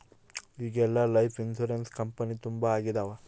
ಈಗೆಲ್ಲಾ life insurance company ತುಂಬಾ ಆಗಿದವ